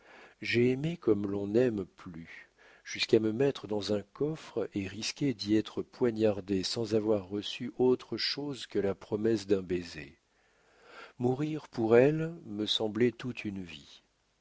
j'ai aimé comme l'on n'aime plus jusqu'à me mettre dans un coffre et risquer d'y être poignardé sans avoir reçu autre chose que la promesse d'un baiser mourir pour elle me semblait toute une vie